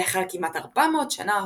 לאחר כמעט 400 שנה,